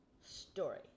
story